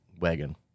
wagon